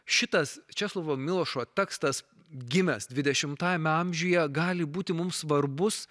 šitas česlovo milošo tekstas gimęs dvidešimtajame amžiuje gali būti mums svarbus